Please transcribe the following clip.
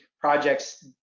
projects